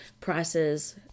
prices